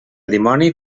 dimoni